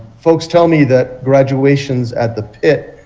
folks tell me that graduations at the pit,